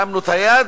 שמנו את היד